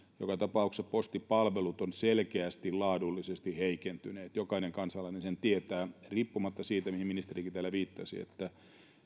joka tapauksessa postipalvelut ovat selkeästi laadullisesti heikentyneet jokainen kansalainen sen tietää riippumatta siitä mihin ministerikin täällä viittasi että